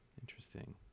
Interesting